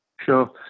Sure